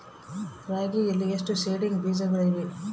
ರಾಗಿಯಲ್ಲಿ ಎಷ್ಟು ಸೇಡಿಂಗ್ ಬೇಜಗಳಿವೆ?